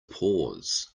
pause